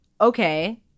okay